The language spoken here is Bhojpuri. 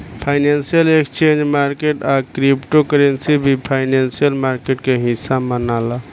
फॉरेन एक्सचेंज मार्केट आ क्रिप्टो करेंसी भी फाइनेंशियल मार्केट के हिस्सा मनाला